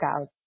out